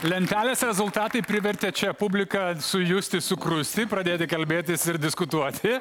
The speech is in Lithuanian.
lentelės rezultatai privertė čia publiką sujusti sukrusti pradėti kalbėtis ir diskutuoti